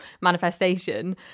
manifestation